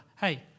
Hey